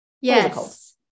Yes